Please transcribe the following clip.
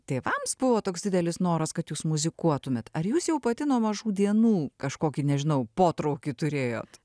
tėvams buvo toks didelis noras kad jūs muzikuotumėt ar jūs jau pati nuo mažų dienų kažkokį nežinau potraukį turėjot